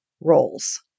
roles